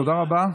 תודה רבה.